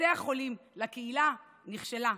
מבתי החולים לקהילה נכשלה,